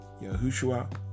yahushua